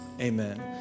amen